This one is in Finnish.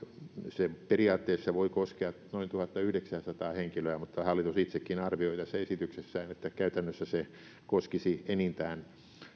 se periaatteessa voi koskea noin tuhattayhdeksääsataa henkilöä mutta hallitus itsekin arvioi tässä esityksessään että käytännössä se koskisi enintään